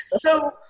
So-